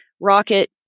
Rocket